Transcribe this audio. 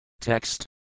Text